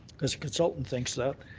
consultant thinks that.